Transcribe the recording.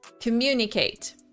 communicate